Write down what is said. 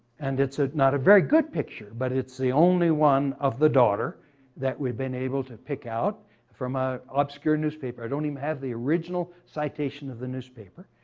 and it's ah not a very good picture, but it's the only one of the daughter that we've been able to pick out from a obscure newspaper. i don't even have the original citation of the newspaper.